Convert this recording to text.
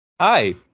Hi